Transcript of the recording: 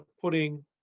putting